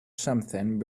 something